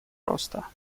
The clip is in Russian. роста